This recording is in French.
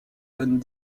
donnent